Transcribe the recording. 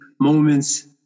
moments